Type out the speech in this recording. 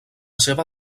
seva